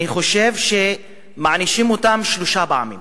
אני חושב שמענישים אותם שלוש פעמים: